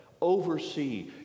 oversee